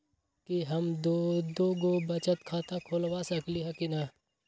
कि हम दो दो गो बचत खाता खोलबा सकली ह की न?